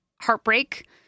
heartbreak